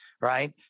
right